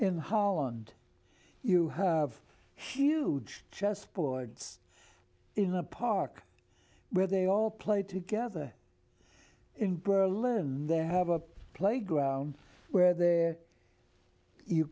in holland you have huge chessboard in a park where they all play together in berlin they have a playground where there you